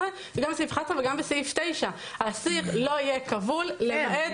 בסעיף 11 וגם בסעיף 9. האסיר לא יהיה כבול למעט